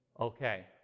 okay